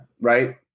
right